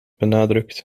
benadrukt